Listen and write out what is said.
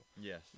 Yes